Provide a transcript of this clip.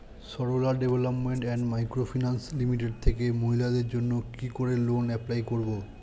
Sarala development and micro finance limited থেকে মহিলাদের জন্য কি করে লোন এপ্লাই করব?